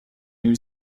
new